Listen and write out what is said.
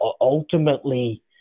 ultimately